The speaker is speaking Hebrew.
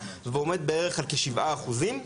ועומד על בערך כשבעה אחוזים,